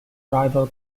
rival